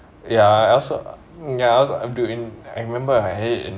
ya I also ya als~ I'm doing I remember I had it in